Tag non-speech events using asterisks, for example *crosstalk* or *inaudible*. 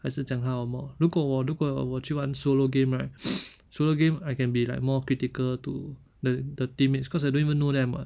还是讲他什么如果我如果我去玩 solo game right *noise* solo game I can be like more critical to the the teammates cause I don't even know them [what]